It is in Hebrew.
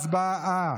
הצבעה.